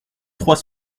trois